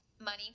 Money